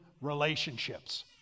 relationships